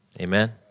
Amen